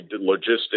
logistics